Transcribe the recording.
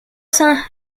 saint